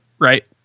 Right